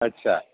અચ્છા